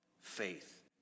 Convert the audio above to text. faith